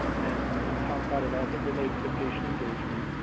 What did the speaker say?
and and talk about it as it relates to patient engagement.